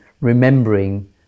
remembering